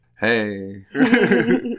hey